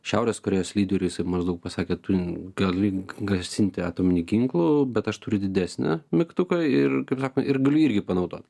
šiaurės korėjos lyderiui jisai maždaug pasakė tu gali grasinti atominiu ginklu bet aš turiu didesnį mygtuką ir kaip sakoma ir galiu jį irgi panaudot